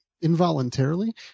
involuntarily